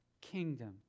kingdom